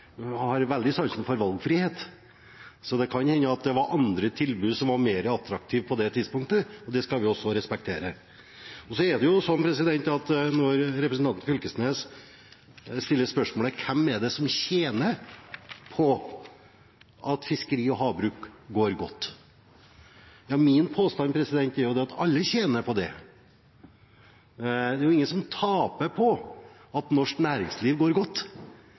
har stor sans for valgfrihet, så det kan hende det var andre tilbud som var mer attraktive på det tidspunktet, og det skal vi respektere. Når representanten Knag Fylkesnes stiller spørsmål om hvem det er som tjener på at fiskeri og havbruk går godt, er min påstand at alle tjener på det. Det er ingen som taper på at norsk næringsliv går godt,